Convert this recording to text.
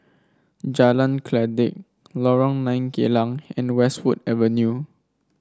Jalan Kledek Lorong Nine Geylang and Westwood Avenue